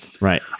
Right